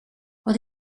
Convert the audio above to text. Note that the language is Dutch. wat